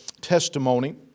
testimony